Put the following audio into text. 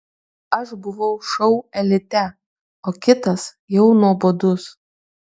aš buvau šou elite o kitas jau nuobodus